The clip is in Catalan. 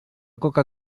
coca